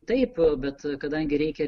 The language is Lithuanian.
taip bet kadangi reikia